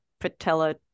patella